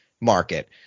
market